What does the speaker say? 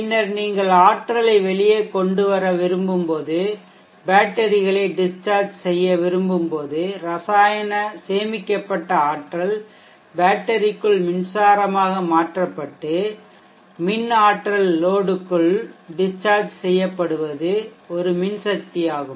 பின்னர் நீங்கள் ஆற்றலை வெளியே கொண்டு வர விரும்பும் போது பேட்டரிகளை டிஷ்சார்ஜ் செய்ய விரும்பும் போது ரசாயன சேமிக்கப்பட்ட ஆற்றல் பேட்டரிக்குள் மின்சாரமாக மாற்றப்பட்டு மின் ஆற்றல் லோடுக்குள் டிஷ்சார்ஜ் செய்யப்படுவது ஒரு மின்சக்தியாகும்